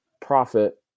profit